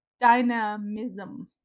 dynamism